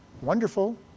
wonderful